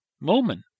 moment